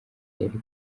ariko